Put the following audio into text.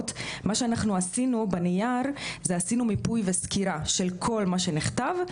ומה שאנחנו עשינו בנייר זה מיפוי וסקירה של כל מה שנכתב.